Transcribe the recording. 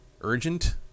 urgent